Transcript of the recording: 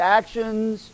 actions